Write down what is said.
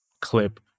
clip